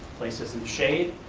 places and shade,